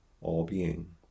all-being